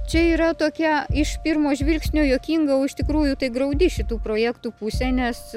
čia yra tokia iš pirmo žvilgsnio juokinga iš tikrųjų tai graudi šitų projektų pusė nes